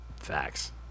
Facts